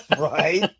Right